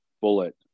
bullet